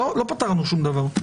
לא פתרנו שום דבר.